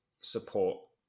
support